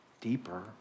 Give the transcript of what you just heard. deeper